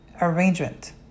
arrangement